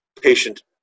patient